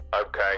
Okay